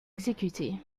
exécutés